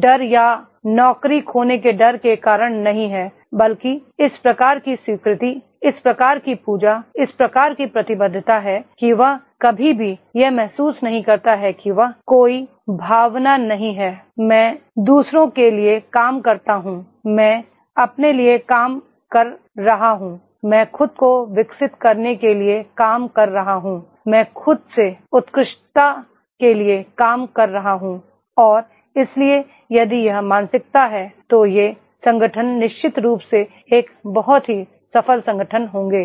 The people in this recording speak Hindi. डर या नौकरी खोने के डर के कारण नहीं है बल्कि इस प्रकार की स्वीकृति इस प्रकार की पूजा इस प्रकार की प्रतिबद्धता है कि वह कभी भी यह महसूस नहीं करता है कि वह कोई भावना नहीं है मैं दू सरों लिए काम कर रहा हूं मैं अपने लिए काम कर रहा हूं मैं खुद को विकसित करने के लिए काम कर रहा हूं मैं खुद की उत्कृष्टता के लिए काम कर रहा हूं और इसलिए यदि यह मानसिकता है तो वे संगठन निश्चित रूप से एक बहुत ही सफल संगठन होंगे